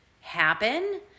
happen